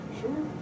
Sure